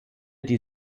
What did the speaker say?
die